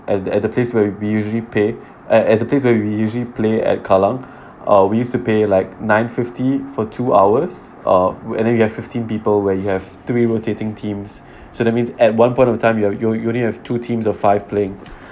at the at the place where we usually pay at at the place where we usually play at kallang uh we used to pay like nine fifty for two hours uh and then you have fifteen people where you have three rotating teams so that means at one point of time you are you are you only have two teams of five playing